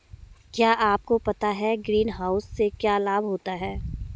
क्या आपको पता है ग्रीनहाउस से क्या लाभ होता है?